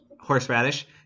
horseradish